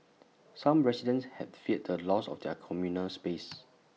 some residents had feared the loss of their communal space